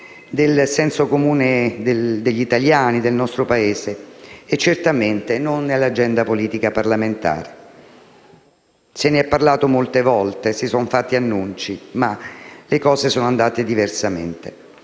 del senso comune degli italiani e del nostro Paese e certamente dell'agenda politica parlamentare. Se ne è parlato molte volte, si sono fatti annunci, ma le cose sono andate diversamente.